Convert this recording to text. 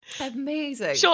amazing